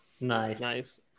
Nice